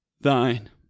thine